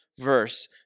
verse